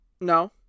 No